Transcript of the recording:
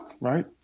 right